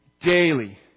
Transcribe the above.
daily